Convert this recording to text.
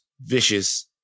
vicious